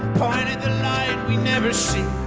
pointing at the light we never see